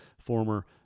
former